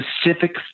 specific